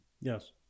Yes